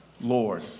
Lord